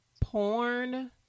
porn